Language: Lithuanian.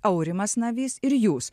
aurimas navys ir jūs